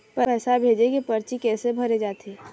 पैसा भेजे के परची कैसे भरे जाथे?